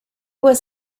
was